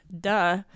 Duh